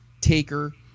taker